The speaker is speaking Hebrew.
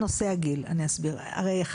אתם רוצים להתייחס כי זה כן מונח שקיים היום בחוק.